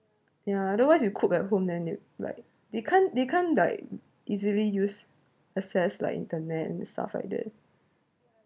ya otherwise you cook at home then it like they can't they can't like easily use access like internet and stuff like that